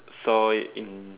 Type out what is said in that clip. saw in